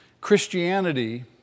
Christianity